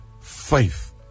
faith